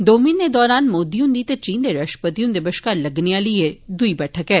दो म्हीनें दौरान मोदी हुन्दी ते चीन दे राष्ट्रपति हुन्दे बश्कार लगने आली एह् दुई बैठक ऐ